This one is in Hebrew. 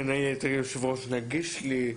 בין היתר יושב-ראש "נגיש לי",